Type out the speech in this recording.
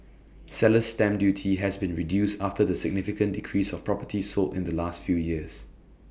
seller's stamp duty has been reduced after the significant decrease of properties sold in the last few years